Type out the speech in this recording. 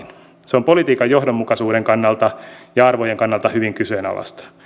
se on politiikan johdonmukaisuuden ja arvojen kannalta hyvin kyseenalaista ja